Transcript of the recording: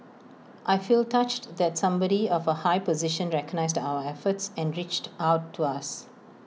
I feel touched that somebody of A high position recognised our efforts and reached out to us